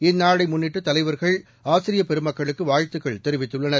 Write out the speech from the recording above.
இந்நாளை முன்னிட்டு தலைவர்கள் ஆசிரியப் பெருமக்களுக்கு வாழ்த்துக்கள் தெரிவித்துள்ளனர்